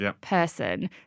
person